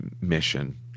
mission